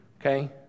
Okay